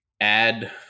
add